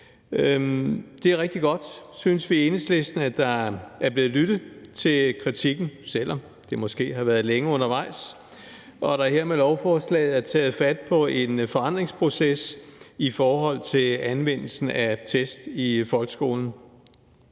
Det er rigtig godt, synes vi i Enhedslisten, at der er blevet lyttet til kritikken, selv om det måske har været længe undervejs, og at der her med lovforslaget er taget fat på en forandringsproces i forhold til anvendelsen af test i folkeskolen.